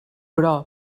però